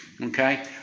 Okay